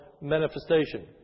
manifestation